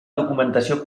documentació